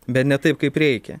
bet ne taip kaip reikia